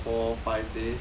four five days